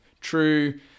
true